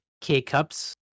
K-cups